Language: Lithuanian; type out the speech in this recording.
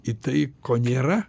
į tai ko nėra